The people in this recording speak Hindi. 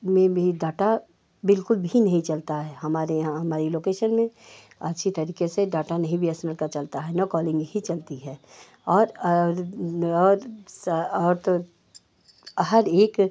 में भी डाटा बिल्कुल भी नहीं चलता है हमारे यहाँ हमारे लोकेशन में अच्छे तरीके से डाटा नहीं बी एस एन एल का चलता है न कॉलिन्ग ही चलती है और और और तो हर एक